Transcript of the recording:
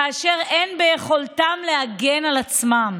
ואין ביכולתם להגן על עצמם.